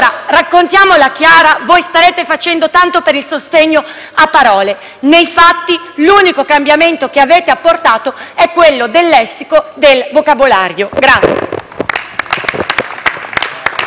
Allora, raccontiamola chiaramente: voi starete facendo tanto per il sostegno a parole, ma nei fatti l'unico cambiamento che avete apportato è quello del lessico, del vocabolario.